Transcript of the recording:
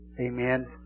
Amen